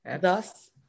thus